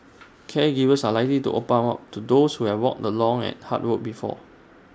caregivers are likely to open up more to those who have walked the long and hard road before